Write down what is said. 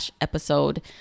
episode